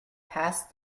passed